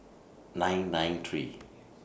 nine nine three